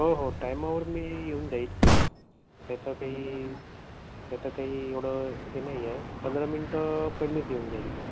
हो हो टायमावर मी येऊन जाईल त्याचं काही त्याचं काही एवढं हे नाही आहे पंधरा मिनिटं पहिलेच येऊन जाईल मी